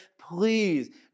Please